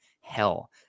hell